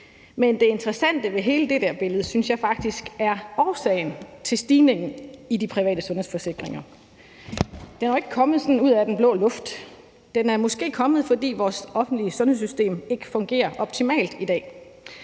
Men det interessante ved hele det der billede synes jeg faktisk er årsagen til stigningen i de private sundhedsforsikringer. Den er jo ikke kommet sådan ud af den blå luft. Den er måske kommet, fordi vores offentlige sundhedssystem ikke fungerer optimalt i dag.